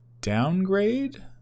downgrade